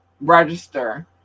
register